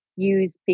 use